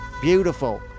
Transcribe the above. beautiful